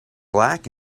black